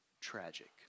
tragic